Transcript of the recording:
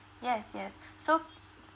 yes yes so